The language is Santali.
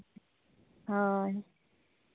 ᱦᱳᱭ